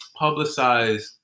publicize